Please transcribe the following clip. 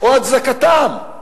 או הצדקתם.